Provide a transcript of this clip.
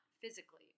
Physically